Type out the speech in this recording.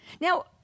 Now